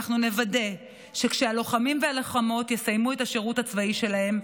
אנחנו נוודא שכשהלוחמים והלוחמות יסיימו את השירות הצבאי שלהם,